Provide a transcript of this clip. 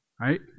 right